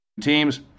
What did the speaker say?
teams